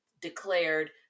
declared